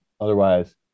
Otherwise